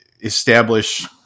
establish